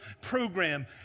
program